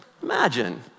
Imagine